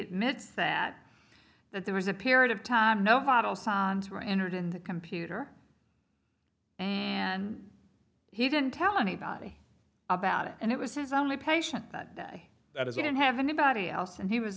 admits that that there was a period of time no fog all sounds were entered in the computer and he didn't tell anybody about it and it was his only patient that day that he didn't have anybody else and he was